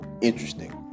interesting